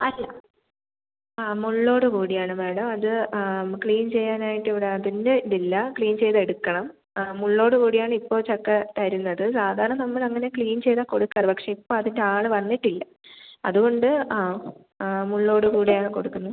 അല്ല ആ മുള്ളോട് കൂടിയാണ് മാഡം അത് അമ ക്ലീൻ ചെയ്യാനായിട്ട് ഇവിടെ അതിൻ്റെ ഇതില്ല ക്ലീൻ ചെയ്ത് എടുക്കണം ആ മുള്ളോട് കൂടിയാണ് ഇപ്പോൾ ചക്ക തരുന്നത് സാധാരണ നമ്മൾ അങ്ങനെ ക്ലീൻ ചെയ്താണ് കൊട്ക്കാറ് പക്ഷേ ഇപ്പം അതിൻ്റ ആൾ വന്നിട്ടില്ല അത്കൊണ്ട് ആ ആ മുള്ളോട് കൂടെയാണ് കൊടുക്കുന്നത്